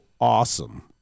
awesome